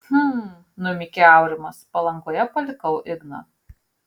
hm numykė aurimas palangoje palikau igną